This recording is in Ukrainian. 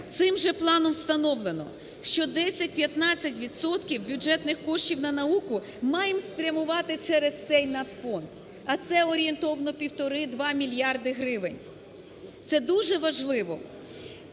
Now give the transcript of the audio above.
цим же планом встановлено, що 10-15 відсотків бюджетних коштів на науку маємо спрямувати через цейнацфонд, а це орієнтовно півтора-два мільярди гривень. Це дуже важливо.